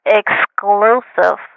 exclusive